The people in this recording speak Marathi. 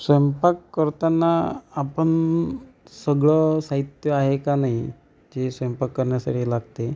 स्वयंपाक करताना आपण सगळं साहित्य आहे का नाही जे स्वयंपाक करण्यासाठी लागते